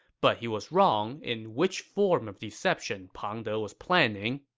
but he was wrong in which form of deception pang de was planning.